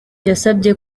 yasabye